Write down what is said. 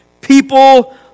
People